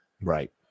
Right